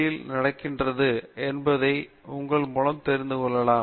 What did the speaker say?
யில் நடக்கிறது என்பதை உங்கள் மூலம் தெரிந்து கொள்ளலாம்